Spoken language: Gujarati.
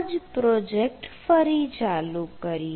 આજ પ્રોજેક્ટ ફરી ચાલુ કરીએ